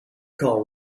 call